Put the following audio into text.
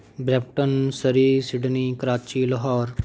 Brampton Surrey Sydney Karachi Lahore